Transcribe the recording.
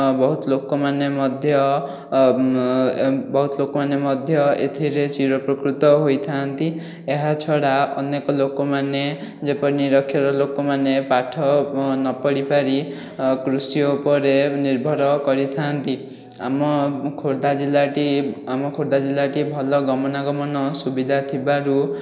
ବହୁତ ଲୋକମାନେ ମଧ୍ୟ ବହୁତ ଲୋକମାନେ ମଧ୍ୟ ଏଥିରେ ଚିରୋପ୍ରକୃତ ହୋଇଥାନ୍ତି ଏହା ଛଡ଼ା ଅନେକ ଲୋକମାନେ ଯେପରି ନିରକ୍ଷର ଲୋକମାନେ ପାଠ ନ ପଢ଼ିପାରି କୃଷି ଉପରେ ନିର୍ଭର କରିଥାଆନ୍ତି ଆମ ଖୋର୍ଦ୍ଧା ଜିଲ୍ଲାଟି ଆମ ଖୋର୍ଦ୍ଧା ଜିଲ୍ଲାଟି ଭଲ ଗମନାଗମନ ସୁବିଧା ଥିବାରୁ